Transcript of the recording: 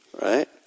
right